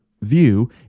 view